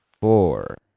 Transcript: four